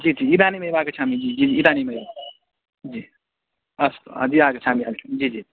जि जि इदानीमेव आगच्छामि जि इदानिमेव जि अस्तु अद्य आगच्छामि जि जि